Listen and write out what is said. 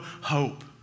hope